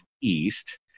east